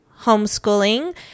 homeschooling